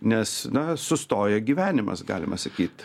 nes na sustoja gyvenimas galima sakyt